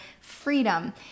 freedom